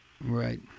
Right